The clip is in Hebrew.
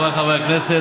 חבריי חברי הכנסת,